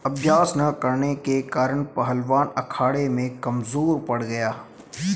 अभ्यास न करने के कारण पहलवान अखाड़े में कमजोर पड़ गया